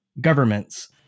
governments